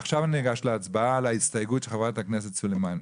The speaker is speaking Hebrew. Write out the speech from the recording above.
עכשיו אני ניגש להצבעה על ההסתייגות של חברת הכנסת סלימאן.